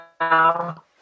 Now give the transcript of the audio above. now